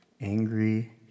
angry